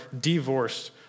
divorced